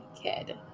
kid